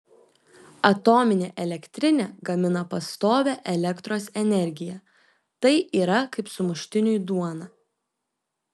atominė elektrinė gamina pastovią elektros energiją tai yra kaip sumuštiniui duona